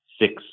six